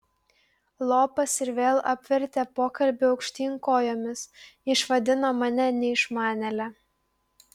lopas ir vėl apvertė pokalbį aukštyn kojomis išvadino mane neišmanėle